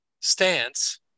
stance